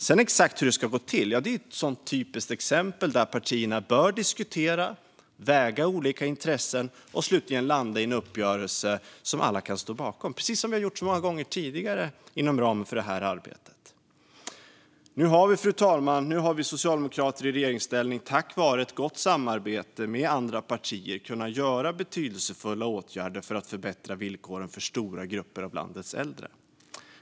Exakt hur detta gå ska till är ett sådant typiskt exempel där partierna bör diskutera, väga olika intressen och slutligen landa i en uppgörelse som alla kan stå bakom, precis som vi har gjort så många gånger tidigare inom ramen för arbetet. Fru talman! Nu har vi socialdemokrater i regeringsställning tack vare ett gott samarbete med andra partier kunnat vidta betydelsefulla åtgärder för att förbättra villkoren för stora grupper av landets äldre.